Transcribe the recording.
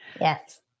Yes